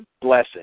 blessing